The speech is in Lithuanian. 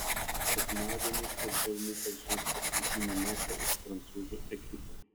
sekmadienį futbolininkas žais paskutinį mačą už prancūzų ekipą